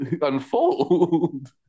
unfold